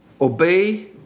obey